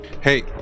Hey